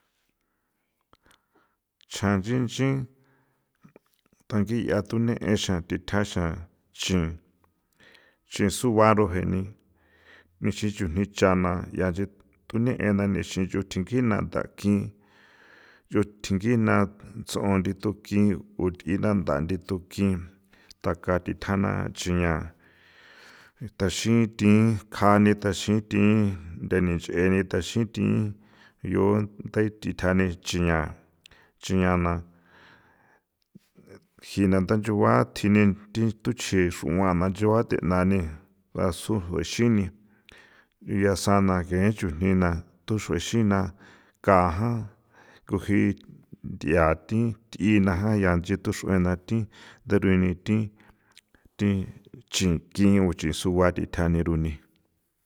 Nchan nchi nchin tangi'a thune' exan nthitjaxa chin chin sugua rujeni mixi chujni cha na ya nchi tune ena nixin nch'u thig'ina thakin nch'o thigina ts'on nthi thukin u th'ina ntha nthi thukin taka thitjana chiña ni taxin thi kjani taxin thi ndeni nch'e nitaxin thi yo nthi thi tjana ni chiña chiña jina nda chugua tjini nthi thuchi xruana nch'egua the'nani rasu juexini diya sana ken chujni na thuxue xina ka jan, nguji nth'ia thi th'ina jan ya nchi tux'uena thi tarueni thi thi nchi thiñu uchisugua thitjani runi.